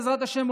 בעזרת השם,